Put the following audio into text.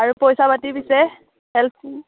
আৰু পইচা পাতি পিছে